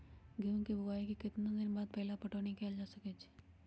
गेंहू के बोआई के केतना दिन बाद पहिला पटौनी कैल जा सकैछि?